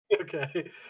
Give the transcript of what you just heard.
Okay